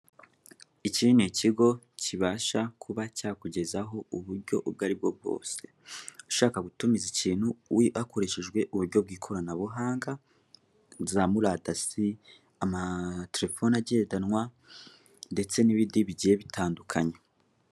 Iki ni ikigo kibasha kuba cyakugezaho uburyo ubwaribwo bwose ushaka gutumiza ikintu hakoreshejwe uburyo bw'ikoranabuhanga za murandasi amaterefoni agendanwa ndetse nibindi bigiye bitandukanye.